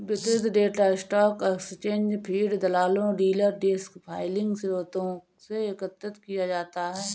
वितरित data stock exchange feed, दलालों, dealer desk filing स्रोतों से एकत्र किया जाता है